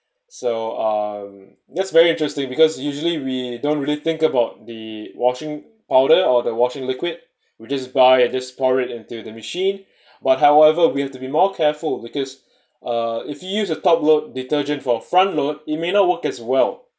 so um just very interesting because usually we don't really think about the washing powder or the washing liquid which is we just buy and pour it into the machine but however we have to be more careful because uh if you use the top load detergent for front load it may not work as well